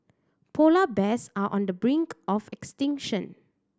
polar bears are on the brink of extinction